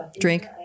Drink